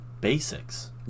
basics